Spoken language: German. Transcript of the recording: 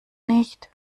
nicht